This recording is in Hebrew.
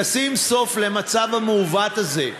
תשים סוף למצב המעוות הזה.